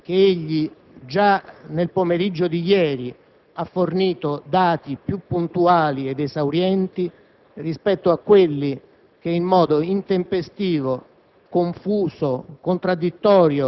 peraltro, che egli, già nel pomeriggio di ieri, ha fornito dati più puntuali ed esaurienti rispetto a quelli che, in modo intempestivo,